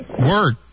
Word